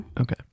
Okay